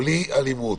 בלי אלימות,